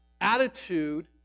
attitude